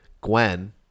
Gwen